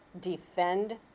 defend